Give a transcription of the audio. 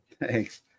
Thanks